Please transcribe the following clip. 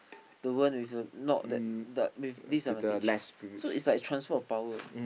the one with the not that the disadvantage so is like transfer of power